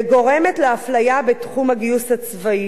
וגורמת לאפליה בתחום הגיוס הצבאי.